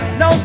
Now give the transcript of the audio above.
no